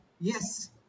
yes